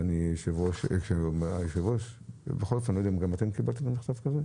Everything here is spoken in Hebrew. אם גם אתם קיבלתם מכתב כזה.